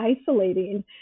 isolating